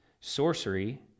sorcery